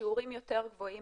שיעורים יותר גבוהים,